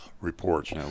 reports